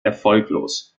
erfolglos